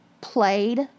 played